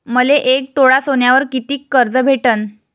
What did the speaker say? मले एक तोळा सोन्यावर कितीक कर्ज भेटन?